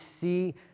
see